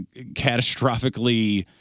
catastrophically